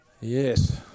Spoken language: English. Yes